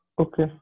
Okay